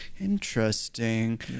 interesting